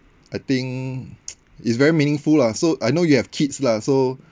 I think it's very meaningful lah so I know you have kids lah so